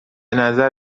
نظر